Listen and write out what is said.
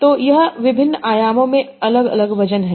तो यह विभिन्न आयामों में अलग अलग वजन है